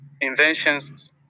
inventions